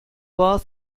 was